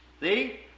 See